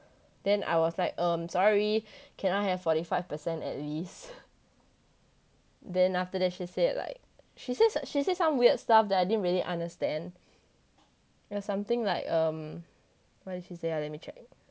then I was like um sorry can I have forty five percent at least then after that she said like she said she said some weird stuff that I didn't really understand yeah something like um what did she say ah let me check